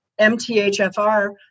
MTHFR